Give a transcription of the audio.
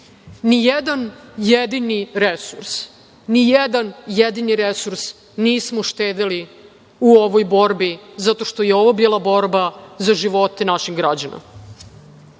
ni jedan jedini resurs nismo štedeli u ovoj borbi, zato što je ovo bila borba za živote naših građana. Mogu